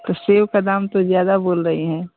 तो सेब का दाम तो ज़्यादा बोल रही हैं